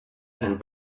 and